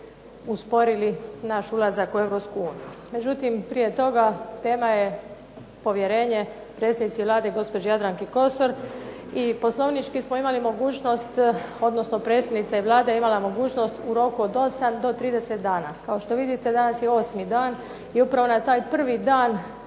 usporili naš ulazak u Europsku uniju. Međutim, prije toga tema je povjerenje predsjednici Vlade gospođi Jadranki Kosor i poslovnički smo imali mogućnost odnosno predsjednica Vlade je imala mogućnost u roku od 8 do 30 dana. Kao što vidite, danas je osmi dan i upravo na taj prvi dan